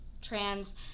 trans